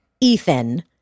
Ethan